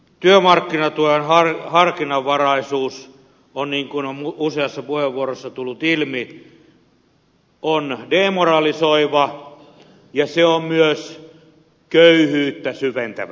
työmarkkinatuen harkinnanvaraisuus on niin kuin on useassa puheenvuorossa tullut ilmi demoralisoiva ja se on myös köyhyyttä syventävä